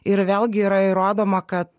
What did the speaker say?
ir vėlgi yra įrodoma kad